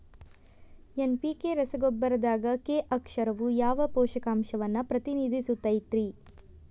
NPK ರಸಗೊಬ್ಬರದಾಗ K ಅಕ್ಷರವು ಯಾವ ಪೋಷಕಾಂಶವನ್ನ ಪ್ರತಿನಿಧಿಸುತೈತ್ರಿ?